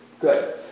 Good